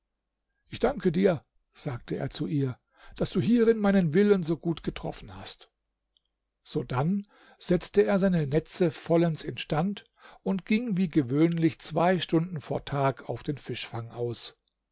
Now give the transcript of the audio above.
ich danke dir sagte er zu ihr daß du hierin meinen willen so gut getroffen hast sodann setzte er seine netze vollends instand und ging wie gewöhnlich zwei stunden vor tag auf den fischfang aus